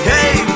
Hey